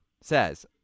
says